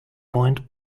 point